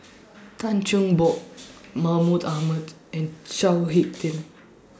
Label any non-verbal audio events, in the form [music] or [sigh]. [noise] Tan Cheng Bock Mahmud Ahmad and Chao Hick Tin